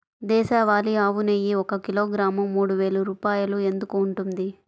దేశవాళీ ఆవు నెయ్యి ఒక కిలోగ్రాము మూడు వేలు రూపాయలు ఎందుకు ఉంటుంది?